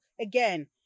again